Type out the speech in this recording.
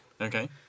Okay